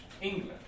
England